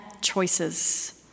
choices